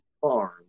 farm